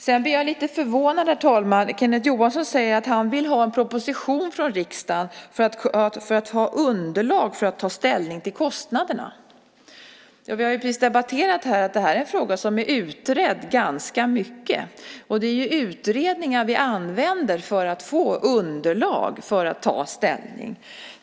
Jag blir lite förvånad när Kenneth Johansson säger att han vill ha en proposition för att få underlag för att ta ställning till kostnaderna. Vi har ju precis debatterat detta. Det här är en fråga som har utretts ganska mycket. Vi använder ju utredningar för att få underlag för att ta ställning.